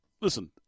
listen